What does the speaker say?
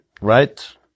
Right